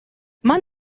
man